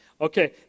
Okay